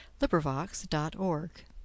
LibriVox.org